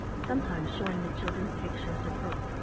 sometimes showing the children pictures or books,